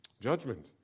Judgment